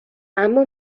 اما